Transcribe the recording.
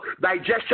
digestion